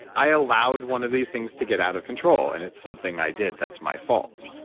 i allowed one of these things to get out of control. and it's something i did, that's my fault.